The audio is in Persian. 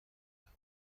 گیرم